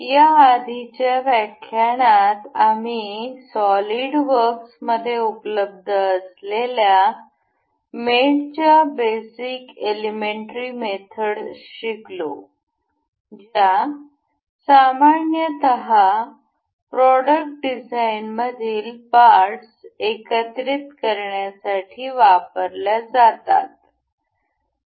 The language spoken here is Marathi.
याआधीच्या व्याख्यानात आम्ही सॉलिड वर्क्स मध्ये उपलब्ध असलेल्या मेटच्या बेसिक एलिमेंट्री मेथडस शिकलो ज्या सामान्यत प्रॉडक्ट डिझाइनमधील पार्ट्स एकत्रित करण्यासाठी वापरल्या जातात